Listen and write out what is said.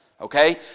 okay